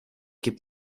gib